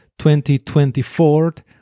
2024